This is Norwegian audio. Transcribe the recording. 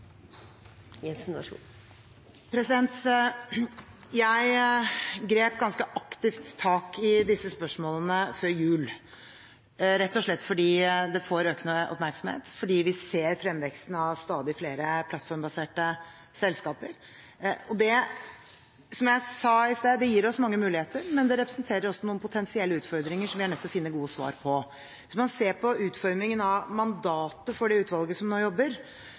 Jeg grep ganske aktivt tak i disse spørsmålene før jul, rett og slett fordi det får økende oppmerksomhet fordi vi ser fremveksten av stadig flere plattformbaserte selskaper. Som jeg sa i sted, gir det oss mange muligheter, men det representerer også noen potensielle utfordringer som vi er nødt til å finne gode svar på. Hvis man ser på utformingen av mandatet for det utvalget som nå jobber,